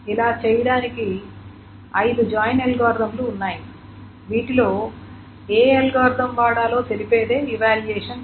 ఇలా చేయటానికి ఐదు జాయిన్ అల్గోరిథంలు ఉన్నాయి వీటిలో ఏ అల్గోరిథం వాడాలో తెలిపేదే ఇవాల్యూయేషన్ ప్లాన్